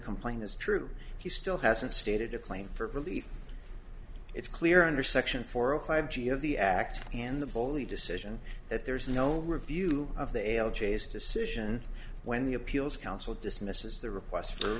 complaint is true he still hasn't stated a claim for relief it's clear under section four of five g of the act and the bully decision that there is no review of the l g s decision when the appeals council dismisses the request